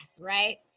right